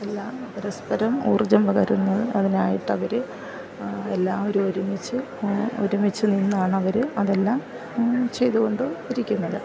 എല്ലാ പരസ്പരം ഊർജം പകരുന്ന അതിനായിട്ട് അവർ എല്ലാവരും ഒരുമിച്ച് ഒരുമിച്ച് നിന്നാണ് അവർ അതെല്ലാം ചെയ്തുകൊണ്ട് ഇരിക്കുന്നത്